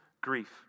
grief